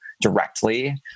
directly